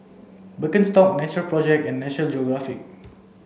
Birkenstock Natural project and National Geographic